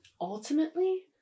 ultimately